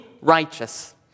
righteous